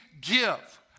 give